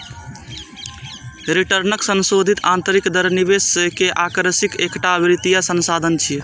रिटर्नक संशोधित आंतरिक दर निवेश के आकर्षणक एकटा वित्तीय साधन छियै